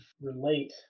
Relate